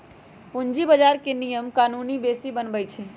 पूंजी बजार के नियम कानून सेबी बनबई छई